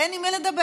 אין עם מי לדבר.